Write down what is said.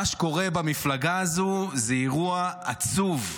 מה שקורה במפלגה הזו זה אירוע עצוב.